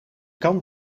kan